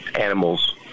animals